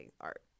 art